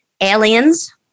Aliens